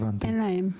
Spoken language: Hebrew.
אין להם.